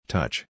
Touch